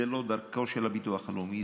זו לא דרכו של הביטוח הלאומי,